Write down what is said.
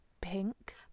pink